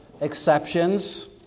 exceptions